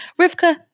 Rivka